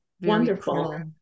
Wonderful